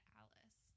alice